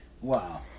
Wow